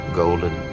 golden